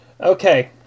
Okay